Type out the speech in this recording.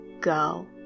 go